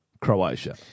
Croatia